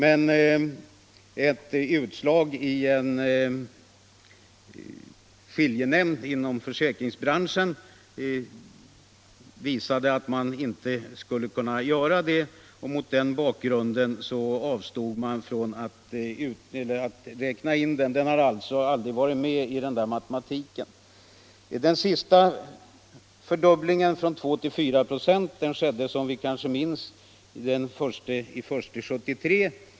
Ett utslag i en skiljenämnd inom försäkringsbranschen visade emellertid att man inte skulle kunna göra det, och mot den bakgrunden avstod man från att räkna in den. Den har alltså aldrig varit med i avräkningsmatematiken. Den sista fördubblingen, från 2 till 4 ?6, skedde — som vi kanske minns — den 1 januari 1973.